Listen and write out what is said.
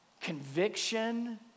conviction